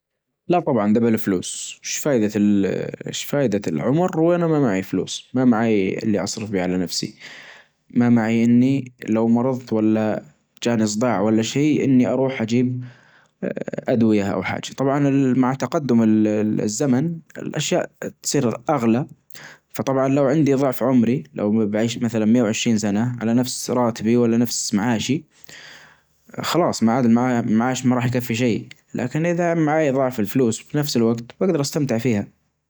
لا طبعا دبل الفلوس أيش فايدة ال-ايش فايدة العمر وأنا ما معي فلوس ما معي اللي أصرف بيه على نفسي ما معي إني لو مرظت ولا جاني صداع ولا شي إني اروح أجيب أدوية او حاچة طبعا مع تقدم الزمن الأشياء تصير أغلى فطبعا لو عندي ظعف عمري لو بعيش مثلا مية وعشرين سنة على نفس راتبي ولا نفس معاشي خلاص معاد المعا-المعاش ما راح يكفي شي لكن إذا معاي ظعف الفلوس في نفس الوجت بقدر أستمتع فيها.